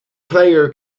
player